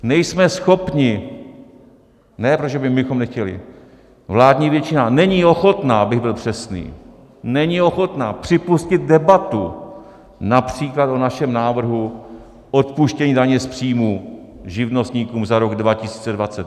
Nejsme schopni, ne proto, že my bychom nechtěli, vládní většina není ochotna, abych byl přesný, není ochotna připustit debatu například o našem návrhu odpuštění daně z příjmů živnostníkům za rok 2020.